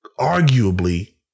arguably